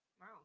wow